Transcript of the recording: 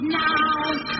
now